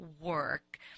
work